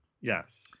Yes